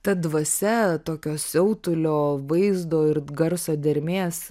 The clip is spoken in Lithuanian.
ta dvasia tokio siautulio vaizdo ir garso dermės